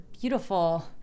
beautiful